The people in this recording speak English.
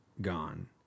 gone